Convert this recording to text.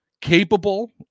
capable